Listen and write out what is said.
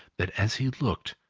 that as he looked,